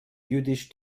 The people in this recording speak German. jüdisch